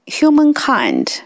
humankind